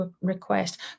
request